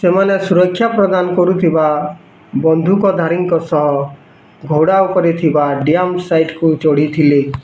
ସେମାନେ ସୁରକ୍ଷା ପ୍ରଦାନ କରୁଥିବା ବନ୍ଧୁକଧାରୀଙ୍କ ସହ ଘୋଡ଼ା ଉପରେ ଥିବା ଡ଼୍ୟାମ୍ ସାଇଟ୍କୁ ଚଢ଼ିଥିଲେ